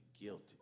guilty